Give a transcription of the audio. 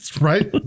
right